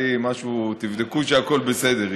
תבדקו שהכול בסדר איתו,